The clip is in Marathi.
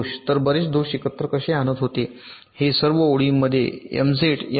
तर बरेच दोष एकत्र कसे आणत होते सर्व ओळींमध्ये एमझेड M0